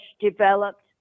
developed